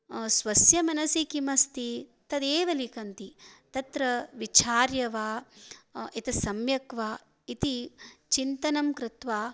स्वस्य मनसि किमस्ति तदेव लिखन्ति तत्र विचार्य वा एतत् सम्यक् वा इति चिन्तनं कृत्वा